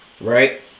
right